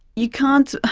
you can't,